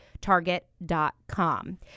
Target.com